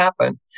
happen